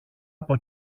από